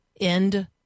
end